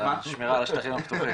השמירה על השטחים הפתוחים.